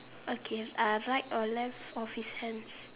okay uh right or left of his hands